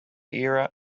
era